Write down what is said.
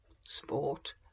sport